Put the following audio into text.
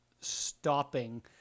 stopping